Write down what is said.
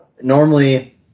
normally